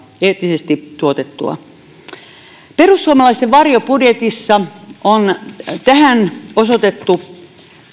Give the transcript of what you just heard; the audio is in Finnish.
eettisesti tuotettua ruokaa perussuomalaisten varjobudjetissa on tähän osoitettu